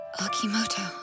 Akimoto